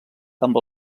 amb